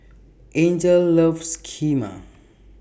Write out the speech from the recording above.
Angel loves Kheema